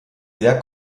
sehr